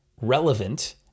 Relevant